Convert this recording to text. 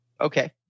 Okay